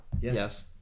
Yes